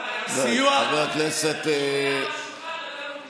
חבר הכנסת קרעי, די.